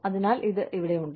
അതിനാൽ അത് ഇവിടെയുണ്ട്